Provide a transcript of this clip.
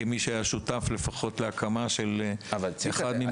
כמי שהיה שותף לפחות להקמה של אחד ממוקדי השיטור העירוני.